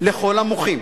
לכל המוחים